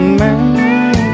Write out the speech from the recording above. man